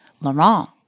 Laurent